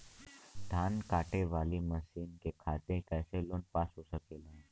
धान कांटेवाली मशीन के खातीर कैसे लोन पास हो सकेला?